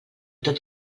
tot